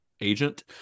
agent